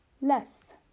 Less